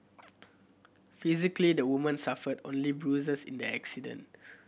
physically the woman suffered only bruises in the accident